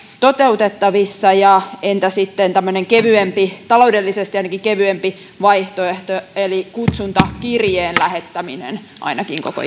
toteutettavissa entä sitten tämmöinen ainakin taloudellisesti kevyempi vaihtoehto eli kutsuntakirjeen lähettäminen ainakin koko